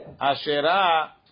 Asherah